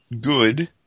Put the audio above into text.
good